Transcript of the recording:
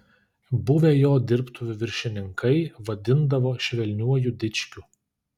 buvę jo dirbtuvių viršininkai vadindavo švelniuoju dičkiu